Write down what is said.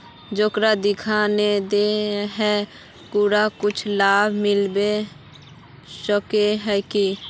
जेकरा दिखाय नय दे है ओकरा कुछ लाभ मिलबे सके है की?